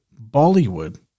Bollywood